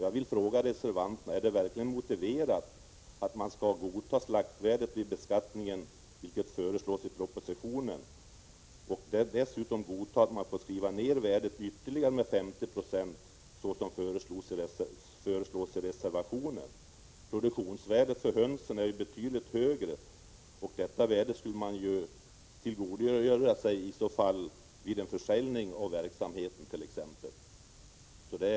Jag vill fråga reservanterna: Är det verkligen motiverat att man skall godta slaktvärdet vid beskattning, vilket föreslås i propositionen, och dessutom godta en ytterligare nedskrivning av värdet med 50 96, som föreslås i reservationen? Produktionsvärdet för höns är ju betydligt högre, och det värdet skulle man ju tillgodogöra sig vid en försäljning av verksamheten t.ex.